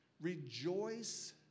Rejoice